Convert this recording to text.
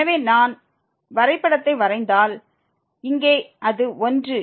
எனவே நாம் வரைபடத்தை வரைந்தால் இங்கே அது 1